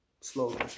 slowly